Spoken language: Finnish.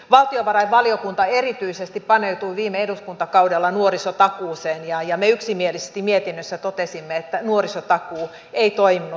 valtiovarainvaliokunta erityisesti paneutui viime eduskuntakaudella nuorisotakuuseen ja me yksimielisesti mietinnössä totesimme että nuorisotakuu ei toiminut